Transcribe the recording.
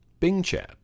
BingChat